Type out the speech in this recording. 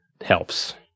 helps